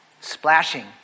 splashing